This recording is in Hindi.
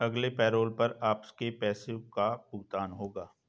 अगले पैरोल पर आपके पैसे का भुगतान होगा